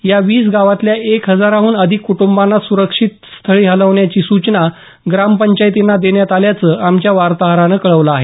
या वीस गावातल्या एक हजाराहून अधिक कुटुंबांना सुरक्षित स्थळी हलवण्याची सूचना ग्रामपंचायतींना देण्यात आल्याचं आमच्या वार्ताहरानं कळवलं आहे